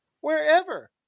wherever